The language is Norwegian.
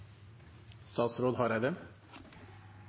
statsråd Hareide